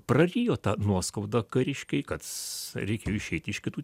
prarijo tą nuoskaudą kariškiai kad reikėjo išeiti iš kitų